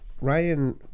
Ryan